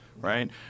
Right